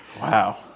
Wow